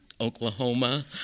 oklahoma